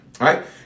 right